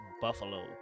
buffalo